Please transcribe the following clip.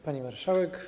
Pani Marszałek!